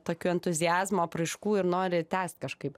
tokio entuziazmo apraiškų ir nori tęst kažkaip